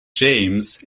james